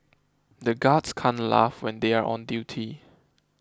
the guards can't laugh when they are on duty